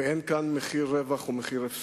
ואין כאן מחיר רווח ומחיר הפסד.